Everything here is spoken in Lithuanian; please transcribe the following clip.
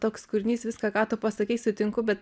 toks kūrinys viską ką tu pasakei sutinku bet